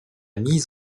mise